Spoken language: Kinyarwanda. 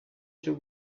cyo